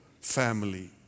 family